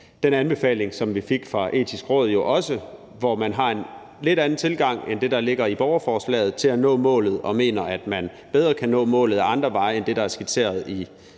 den anbefaling, som vi fik fra Det Etiske Råd jo også, hvor man har en lidt anden tilgang end den, der ligger i borgerforslaget, til at nå målet, og hvor man mener, at man bedre kan nå målet ad andre veje end det, der er skitseret i